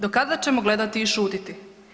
Do kada ćemo gledati i šutiti?